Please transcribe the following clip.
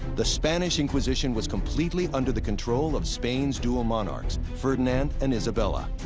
the spanish inquisition was completely under the control of spain's dual monarchs, ferdinand and isabella.